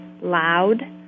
loud